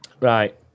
Right